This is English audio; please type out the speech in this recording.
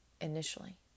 initially